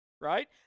Right